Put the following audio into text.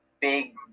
big